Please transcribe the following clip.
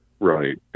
right